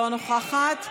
לא נוכחת.